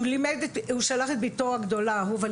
הוא שלח את ביתו הגדולה אהובה,